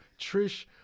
Trish